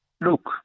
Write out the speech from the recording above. Look